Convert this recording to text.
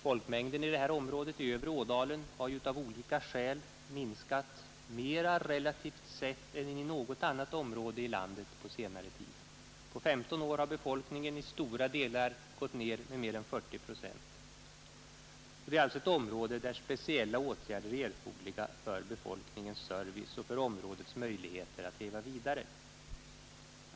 Folkmängden inom detta område av övre Ådalen har av olika skäl relativt sett minskat mera än i något annat område i landet på senare tid. På femton år har befolkningen i stora delar gått ned med mer än 40 procent. Det är alltså ett område, där speciella åtgärder är erforderliga för befolkningens service och för områdets möjligheter att leva vidare.